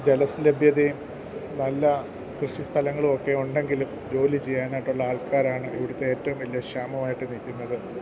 ജലലഭ്യതയും നല്ല കൃഷിസ്ഥലങ്ങളുമൊക്കെ ഉണ്ടെങ്കിലും ജോലി ചെയ്യാനായിട്ടുള്ള ആൾക്കാരാണ് ഇവിടുത്തെ ഏറ്റവും വലിയ ക്ഷാമമായിട്ട് നിൽക്കുന്നത്